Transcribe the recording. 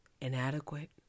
inadequate